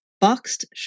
boxed